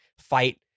fight